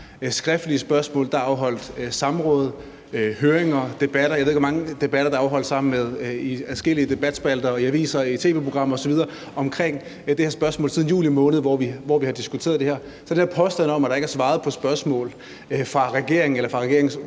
skriftlige spørgsmål. Der har været afholdt samråd og høringer, og jeg ved ikke hvor mange debatter i adskillige debatspalter i aviser og i tv-programmer osv., omkring det her spørgsmål siden juli måned, hvor vi har diskuteret det her. Så den påstand om, at der ikke er blevet svaret på spørgsmål fra regeringens og regeringspartiernes